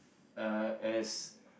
uh as